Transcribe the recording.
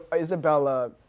Isabella